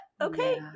okay